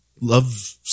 Love